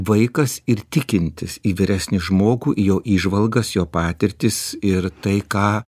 vaikas ir tikintis į vyresnį žmogų jo įžvalgas jo patirtis ir tai ką